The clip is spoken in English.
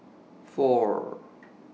four